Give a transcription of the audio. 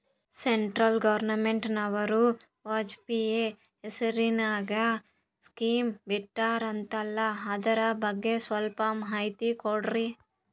Central ಗವರ್ನಮೆಂಟನವರು ವಾಜಪೇಯಿ ಹೇಸಿರಿನಾಗ್ಯಾ scheme ಬಿಟ್ಟಾರಂತಲ್ಲ ಅದರ ಬಗ್ಗೆ ಸ್ವಲ್ಪ ಮಾಹಿತಿ ಕೊಡ್ರಿ?